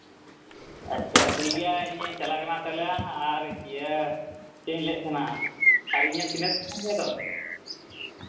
ᱟᱪᱪᱷᱟ ᱴᱷᱤᱠ ᱜᱮᱭᱟ ᱤᱧᱤᱧ ᱪᱟᱞᱟᱜ ᱠᱟᱱᱟ ᱛᱟᱦᱞᱮ ᱟᱨ ᱤᱭᱟᱹ ᱪᱮᱫ ᱤᱧ ᱞᱟᱹᱭᱮᱫ ᱛᱟᱦᱮᱱᱟ ᱟᱨ ᱤᱧᱮᱢ ᱪᱤᱱᱦᱟᱹᱯ ᱤᱧ ᱠᱟᱱ ᱜᱮᱭᱟ ᱛᱚ